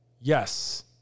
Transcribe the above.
Yes